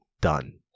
done